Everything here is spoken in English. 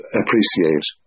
appreciate